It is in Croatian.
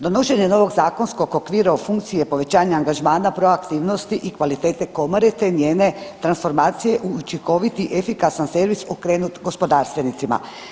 Donošenje novog zakonskog okvira u funkciji je povećanja angažmana proaktivnosti i kvalitete komore te njene transformacije u učinkoviti efikasan servis okrenut gospodarstvenicima.